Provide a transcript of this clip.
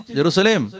Jerusalem